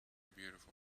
beautiful